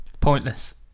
Pointless